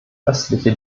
östliche